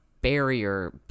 barrier